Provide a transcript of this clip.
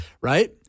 right